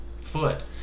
foot